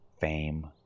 fame